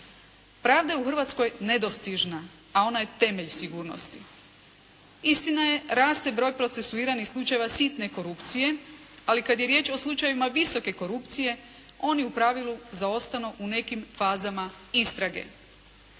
Pravda je u Hrvatskoj nedostižna a ona je temelj sigurnosti. Istina je raste broj procesuiranih slučajeva sitne korupcije ali kada je riječ o slučajevima visoke korupcije oni u pravilu zaostanu u nekim fazama istrage.